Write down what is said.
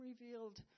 revealed